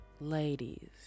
ladies